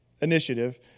initiative